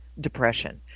depression